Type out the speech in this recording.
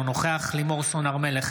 אינו נוכח לימור סון הר מלך,